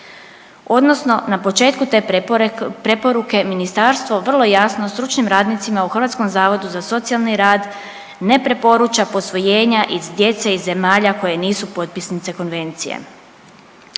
odnosno na početku te preporuke ministarstvo vrlo jasno stručnim radnicima u Hrvatskom zavodu za socijalni rad ne preporuča posvojenja djece iz zemalja koje nisu potpisnice konvencije.